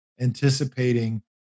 anticipating